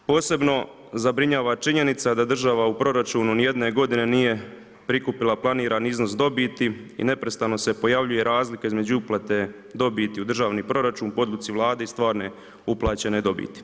Posebno zabrinjava činjenica da država u proračunu ni jedne godine nije prikupila planirani iznos dobiti i neprestano se pojavljuje razlika između uplate dobiti u državni proračun po odluci Vlade i stvarne uplaćene dobiti.